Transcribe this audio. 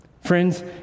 Friends